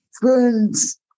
friends